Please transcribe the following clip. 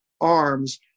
arms